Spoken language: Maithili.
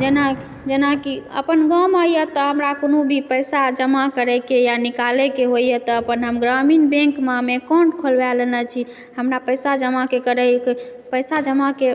जेना जेनाकि अपन गाममे यऽ तऽ हमरा कोनो भी पैसा जमा करै के यऽ निकालै के होइए तऽ अपन हम ग्रामीण बैङ्कमे अकाउण्ट खोलवा लेने छी हमरा पैसा जमाके करैके पैसा जमाके